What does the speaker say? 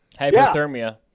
hypothermia